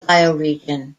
bioregion